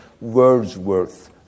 Wordsworth